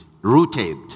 Rooted